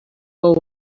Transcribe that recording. what